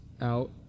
out